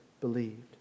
believed